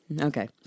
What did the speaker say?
Okay